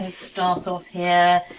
start off here.